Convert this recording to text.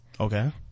Okay